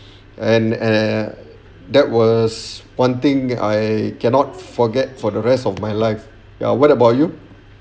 and eh that was one thing I cannot forget for the rest of my life ya what about you